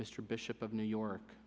mr bishop of new york